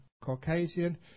Caucasian